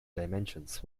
dimensions